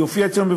היא הופיעה אצלנו,